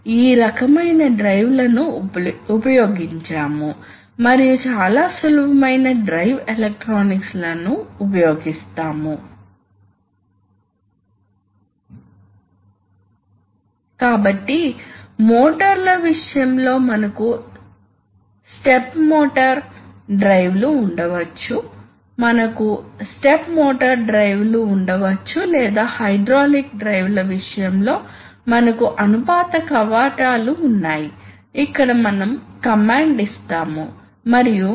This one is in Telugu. అదేవిధంగా మీరు న్యూమాటిక్ మోటార్స్ కలిగి ఉండవచ్చు మరియు అవి మళ్లీ వివిధ రకాలైన positive displacement type non positive displacement type కావచ్చు కాబట్టి మీరు వేన్ మోటార్స్ కలిగి ఉండవచ్చు లేదా మీరు హైడ్రాలిక్స్ లో ఉన్నట్లే మీరు పిస్టన్ మోటార్స్ కలిగి ఉండవచ్చు కాబట్టి ఇవి సాధారణంగా తక్కువ నుండి మోడరేట్ టార్క్ మరియు అధిక వేగంతో ఉపయోగించబడతాయి ఇవి కొంతవరకు ఎలక్ట్రిక్ మోటార్స్ వంటివి